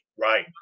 Right